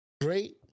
great